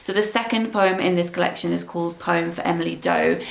so the second poem in this collection is called poem for emily doe,